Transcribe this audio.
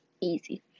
Easy